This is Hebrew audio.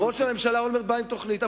ראש הממשלה אולמרט בא עם תוכנית.